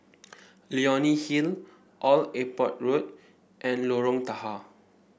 Leonie Hill Old Airport Road and Lorong Tahar